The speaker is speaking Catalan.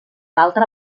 altra